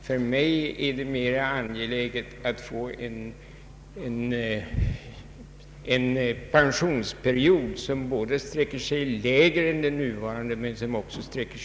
För mig är det mer angeläget att få en pensionsperiod som sträcker sig från en lägre åldersgräns än den nuvarande men också högre upp.